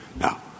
Now